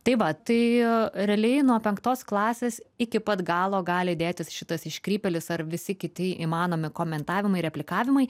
tai va tai realiai nuo penktos klasės iki pat galo gali dėtis šitas iškrypėlis ar visi kiti įmanomi komentavimai replikavimai